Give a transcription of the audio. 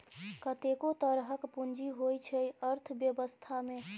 कतेको तरहक पुंजी होइ छै अर्थबेबस्था मे